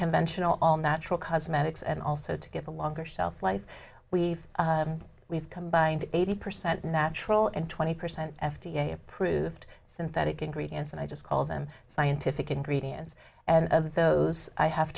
conventional all natural cosmetics and also to get a longer shelf life we've we've combined eighty percent natural and twenty percent f d a approved synthetic ingredients and i just call them scientific ingredients and of those i have